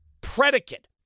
predicate